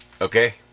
Okay